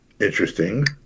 Interesting